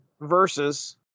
versus